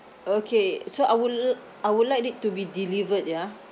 okay so I would l~ I would like it to be delivered ya